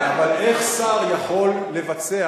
אבל איך שר יכול לבצע